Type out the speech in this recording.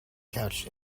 couch